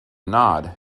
nod